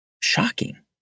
shocking